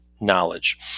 knowledge